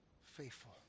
faithful